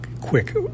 quick